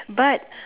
but